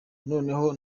noneho